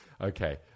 Okay